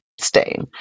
stain